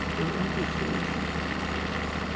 there are obvious solutions in these cases,